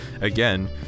Again